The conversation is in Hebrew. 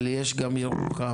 אבל יש גם ירוחם,